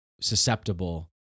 susceptible